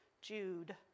Jude